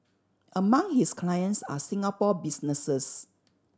among his clients are Singapore businesses